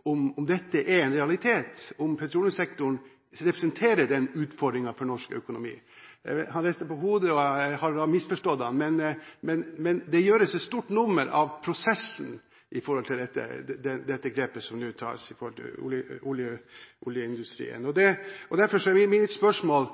tvil om dette er en realitet – om petroleumssektoren representerer den utfordringen for norsk økonomi. Han rister på hodet, og jeg har da misforstått ham. Men det gjøres et stort nummer av prosessen når det gjelder dette grepet som nå tas i oljeindustrien. Derfor har jeg et spørsmål.